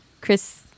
Chris